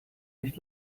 nicht